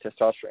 testosterone